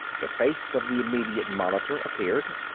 the face of the immediate monitor appeared.